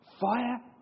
Fire